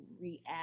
react